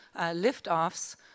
liftoffs